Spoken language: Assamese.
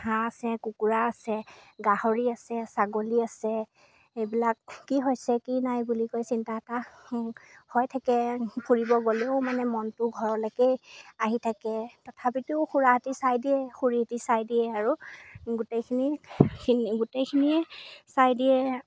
হাঁহ আছে কুকুৰা আছে গাহৰি আছে ছাগলী আছে এইবিলাক কি হৈছে কি নাই বুলি কৈ চিন্তা এটা হৈ থাকে ফুৰিব গ'লেও মানে মনটো ঘৰলৈকেই আহি থাকে তথাপিতো খুৰাহঁতে চাই দিয়ে খুৰীহঁতে চাই দিয়ে আৰু গোটেইখিনি গোটেইখিনিয়ে চাই দিয়ে